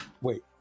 wait